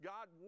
God